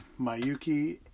Mayuki